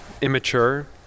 immature